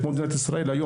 כמו מדינת ישראל,